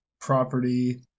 property